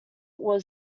were